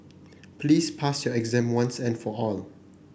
please pass your exam once and for all